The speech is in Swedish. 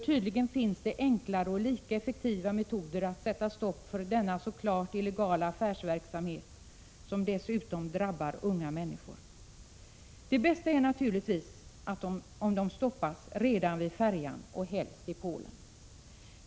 Tydligen finns det enklare och lika effektiva metoder att sätta stopp för denna så klart illegala affärsverksamhet, som dessutom drabbar unga människor. Det bästa är naturligtvis om dessa bussar stoppas redan vid färjan — och helst i Polen.